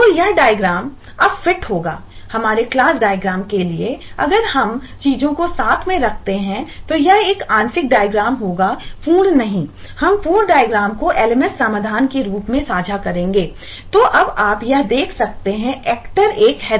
तो यह डायग्राम है